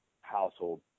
household